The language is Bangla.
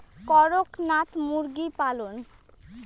করকনাথ মুরগি পালন?